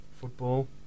football